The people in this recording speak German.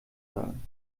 sagen